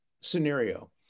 scenario